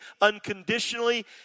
unconditionally